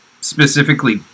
specifically